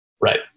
right